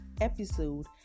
episode